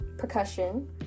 percussion